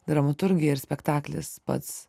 dramaturgija ir spektaklis pats